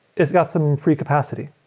it's got some free capacity,